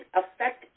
affect